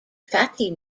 fatty